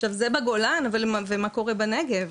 עכשיו זה בגולן, ומה קורה בנגב,